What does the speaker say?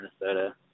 Minnesota